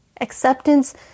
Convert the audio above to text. Acceptance